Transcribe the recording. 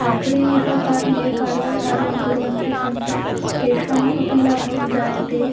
आपणे यः कार् ये कार्व् कार्यं कुर्वन्ति सन्ति तेषाम् अपि लाभं जायते